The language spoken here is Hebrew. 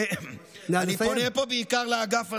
אני פונה פה בעיקר לאגף הזה: